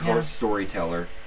storyteller